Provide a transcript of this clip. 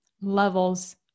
levels